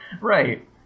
Right